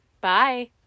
Bye